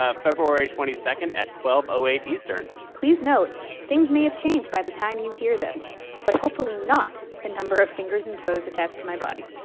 ah february twenty two at twelve eight eastern please note things may have changed by the time you hear this but hopefully not the number of fingers and toes attached to my body